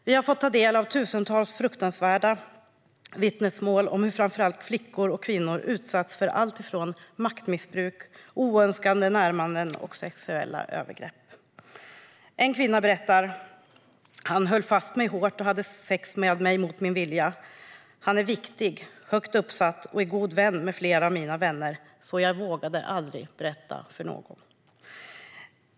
Vi har fått ta del av tusentals fruktansvärda vittnesmål om hur framför allt flickor och kvinnor utsatts för alltifrån maktmissbruk till oönskade närmanden och sexuella övergrepp. En kvinna berättar: Han höll fast mig hårt och hade sex med mig mot min vilja. Han är viktig, högt uppsatt och är god vän med flera av mina vänner, så jag vågade aldrig berätta för någon.